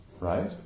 right